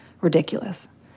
ridiculous